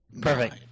Perfect